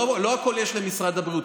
יכול להיות, לא הכול יש למשרד הבריאות.